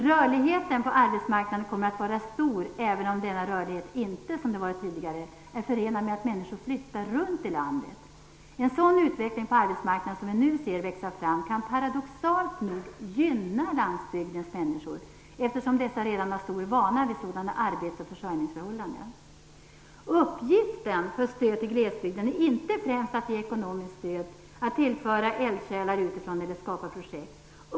Rörligheten på arbetsmarknaden kommer att vara stor, även om denna rörlighet inte som tidigare kommer att vara förenad med att människor flyttar runt i landet. En sådan utveckling som den vi nu ser växa fram på arbetsmarknaden, kan paradoxalt nog gynna landsbygdens människor eftersom dessa redan har stor vana vid sådana arbets och försörjningsförhållanden. Uppgiften för stödet till glesbygden är inte främst att ge ekonomiskt stöd, tillföra eldsjälar utifrån eller skapa projekt.